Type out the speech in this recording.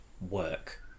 work